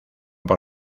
por